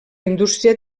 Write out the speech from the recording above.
indústria